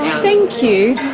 thank you.